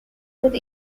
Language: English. with